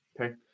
Okay